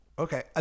Okay